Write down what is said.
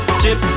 chip